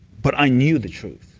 but i knew the truth.